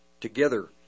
together